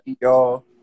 y'all